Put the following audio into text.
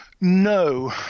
no